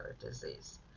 disease